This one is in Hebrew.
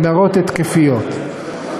מנהרות התקפיות.